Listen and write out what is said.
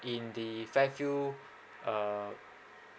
in the fairfield uh